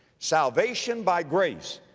salvation by grace,